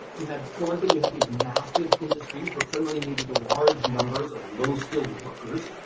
you had for one thing, you had these massive industries that suddenly needed a large numbers of low-skilled workers.